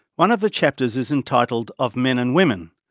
one of the chapters is entitled of men and women.